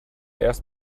erst